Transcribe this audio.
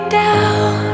down